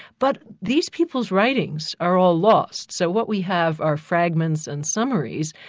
but these people's writings are all lost, so what we have are fragments and summaries,